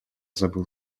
забыл